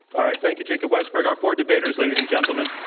all right. thank you, jacob weisberg. our four debaters, ladies and gentlemen.